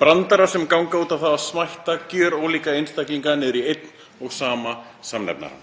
brandarar sem ganga út á það að smætta gjörólíka einstaklinga niður í einn og sama samnefnara.